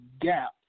gap